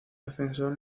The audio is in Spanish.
defensor